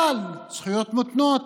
זכויות מותנות,